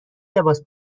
لباس